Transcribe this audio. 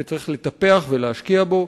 שצריך לטפח אותו ולהשקיע בו.